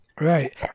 Right